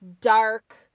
dark